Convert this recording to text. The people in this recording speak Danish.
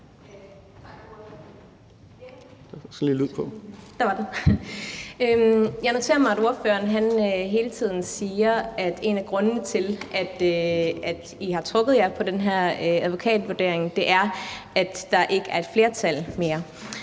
Jeg noterede mig, at ordføreren hele tiden siger, at en af grundene til, at I har trukket jer i forhold til den her advokatvurdering, er, at der ikke er et flertal mere.